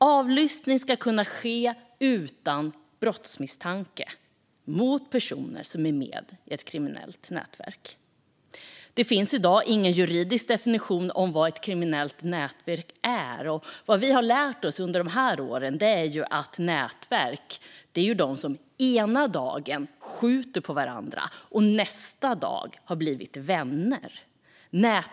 Avlyssning ska kunna ske utan brottsmisstanke mot personer som är med i ett kriminellt nätverk. Det finns i dag ingen juridisk definition av vad ett kriminellt nätverk är. Och vi har lärt oss under de här åren att nätverk ena dagen skjuter på varandra och nästa dag blir vänner.